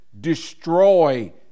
destroy